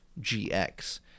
GX